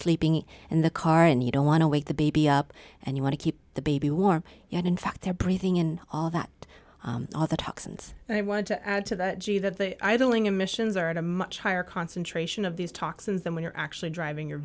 sleeping in the car and you don't want to wake the baby up and you want to keep the baby warm and in fact they're breathing in all that other toxins and i wanted to add to that g that the idling emissions are at a much higher concentration of these talks is than when you're actually driving your